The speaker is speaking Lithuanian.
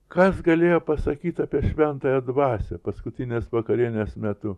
kas galėjo pasakyt apie šventąją dvasią paskutinės vakarienės metu